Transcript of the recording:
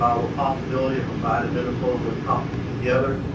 ah what possibility of combining minnesota and wisconsin together.